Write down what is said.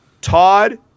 Todd